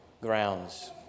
grounds